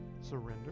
Surrender